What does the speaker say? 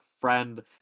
friend